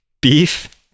beef